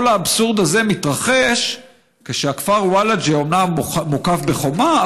כל האבסורד הזה מתרחש כשהכפר ולג'ה אומנם מוקף בחומה,